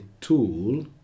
tool